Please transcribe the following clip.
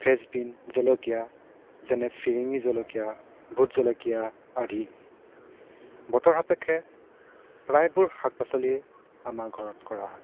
French bean জলকীয়া যেনে ফিৰিঙি জলকীয়া ভোট জলকীয়া আদি বতৰ সাপেক্ষে প্ৰায়বোৰ শাক পাচলিয়ে আমাৰ ঘৰত কৰা হয়